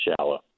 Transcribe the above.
shallow